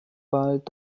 bald